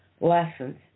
lessons